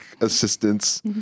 assistance